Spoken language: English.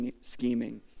scheming